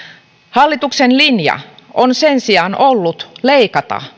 hallituksen linja on sen sijaan ollut leikata